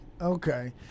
Okay